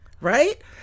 Right